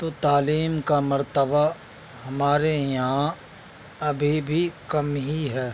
تو تعلیم کا مرتبہ ہمارے یہاں ابھی بھی کم ہی ہے